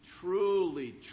truly